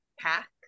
pack